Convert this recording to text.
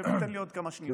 תן לי עוד כמה שניות.